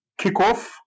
Kickoff